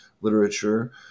literature